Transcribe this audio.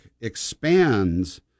expands